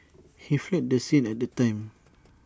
he fled the scene at that time